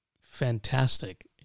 fantastic